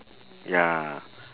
ya